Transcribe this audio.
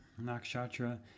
Nakshatra